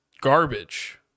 garbage